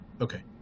Okay